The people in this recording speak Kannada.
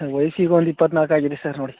ವೈಫಿಗೆ ಒಂದು ಇಪ್ಪತ್ತ್ನಾಲ್ಕು ಆಗಿದೆ ಸರ್ ನೋಡಿ